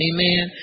Amen